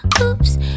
Oops